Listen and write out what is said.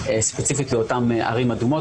ספציפית לאותן ערים אדומות,